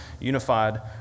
unified